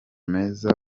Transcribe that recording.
meza